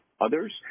others